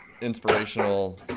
inspirational